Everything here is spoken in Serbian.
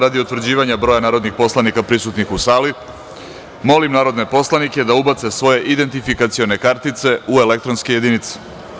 Radi utvrđivanja broja narodnih poslanika prisutnih u sali, molim sve da ubace svoje identifikacione kartice u elektronske jedinice.